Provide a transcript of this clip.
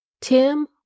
Tim